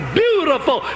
beautiful